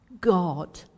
God